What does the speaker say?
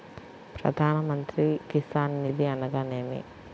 ప్రధాన మంత్రి కిసాన్ నిధి అనగా నేమి?